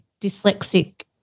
dyslexic